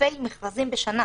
אלפי מכרזים בשנה.